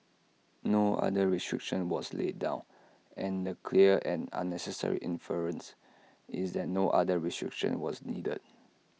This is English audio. no other restriction was laid down and the clear and necessary inference is that no other restriction was needed